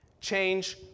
change